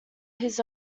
his